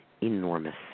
enormous